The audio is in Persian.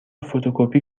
فتوکپی